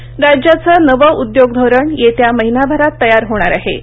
धोरणः राज्याचं नवं उद्योग धोरण येत्या महिनाभरात तयार होणार आहे